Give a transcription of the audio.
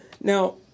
now